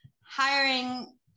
hiring